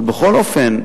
אבל בכל אופן,